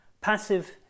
passive